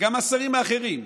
וגם השרים האחרים.